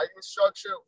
structure